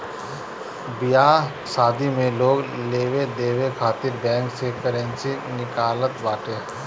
बियाह शादी में लोग लेवे देवे खातिर बैंक से करेंसी निकालत बाटे